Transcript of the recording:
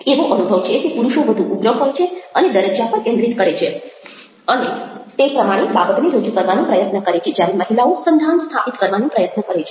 એવો અનુભવ છે કે પુરુષો વધુ ઉગ્ર હોય છે અને દરજ્જા પર કેન્દ્રિત કરે છે અને તે પ્રમાણે બાબતને રજૂ કરવાનો પ્રયત્ન કરે છે જ્યારે મહિલાઓ સંધાન સ્થાપિત કરવાનો પ્રયત્ન કરે છે